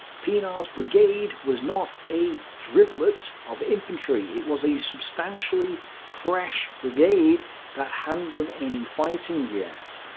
pienaar's brigade was not a driblet of infantry. it was a substantial fresh brigade that hadn't done any fighting yet.